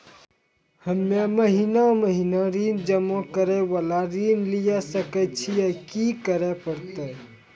हम्मे महीना महीना ऋण जमा करे वाला ऋण लिये सकय छियै, की करे परतै?